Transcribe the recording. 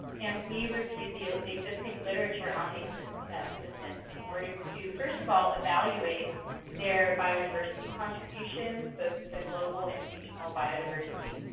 and we reviewed the ah existing literature on these systems in order to first of all evaluate their biodiversity contribution both to global and regional biodiversity.